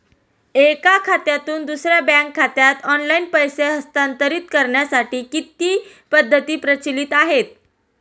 एका खात्यातून दुसऱ्या बँक खात्यात ऑनलाइन पैसे हस्तांतरित करण्यासाठी किती पद्धती प्रचलित आहेत?